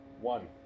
One